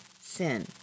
sin